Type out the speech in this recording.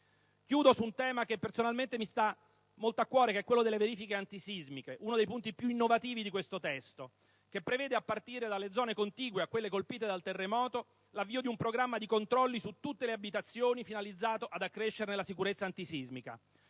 Chiudo su un tema che personalmente mi sta molto a cuore, rappresentato dalle verifiche antisismiche, uno dei punti più innovativi del testo in esame, che prevede, a partire dalle zone contigue a quelle colpite dal terremoto, l'avvio di un programma di controlli su tutte le abitazioni finalizzato ad accrescerne la sicurezza antisismica.